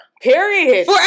Period